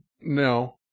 No